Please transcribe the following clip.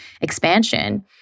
expansion